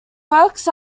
works